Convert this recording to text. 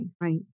Right